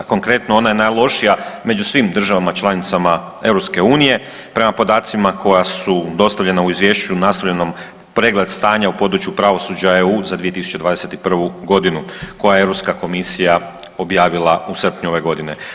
Konkretno ona je najlošija među svim državama članicama EU, prema podacima koja su dostavljena u izvješću naslovljenom pregled stanja u području pravosuđa EU za 2021. koje je Europska komisija objavila u srpnju ove godine.